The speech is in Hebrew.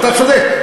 אתה צודק, אתה צודק.